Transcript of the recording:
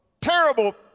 terrible